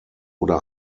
oder